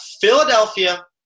Philadelphia